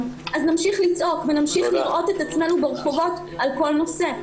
אז נמשיך לצעוק ונמשיך לראות את עצמנו ברחובות על כל נושא.